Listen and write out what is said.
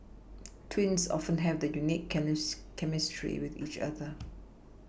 twins often have a unique can use chemistry with each other